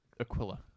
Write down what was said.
Aquila